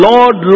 Lord